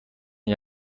این